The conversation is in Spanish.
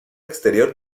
exterior